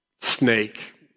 snake